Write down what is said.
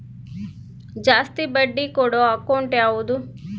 ಜಾಸ್ತಿ ಬಡ್ಡಿ ಕೊಡೋ ಅಕೌಂಟ್ ಯಾವುದು?